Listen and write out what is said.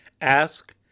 Ask